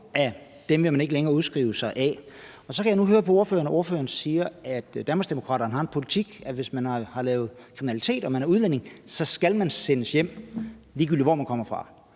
dem vil man ikke længere skrives ud af. Og så kan jeg nu høre, at ordføreren siger, at Danmarksdemokraterne har en politik om, at hvis man har lavet kriminalitet og man er udlænding, skal man sendes hjem, ligegyldigt hvor man kommer fra.